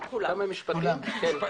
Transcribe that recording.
אם כולם ידברו,